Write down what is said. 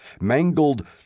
mangled